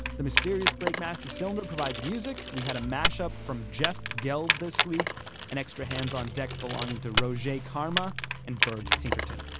the mysterious breakmaster cylinder provides music. we had a mash-up from jeff geld this week and extra hands on deck belonging to roge karma and byrd pinkerton.